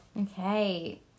Okay